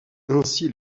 ainsi